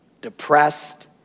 depressed